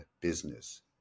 business